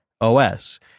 OS